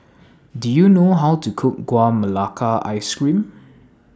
Do YOU know How to Cook Gula Melaka Ice Cream